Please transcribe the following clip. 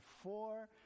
four